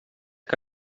que